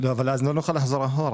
אבל אז לא נוכל לחזור אחורה.